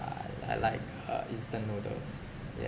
I I like uh instant noodles yeah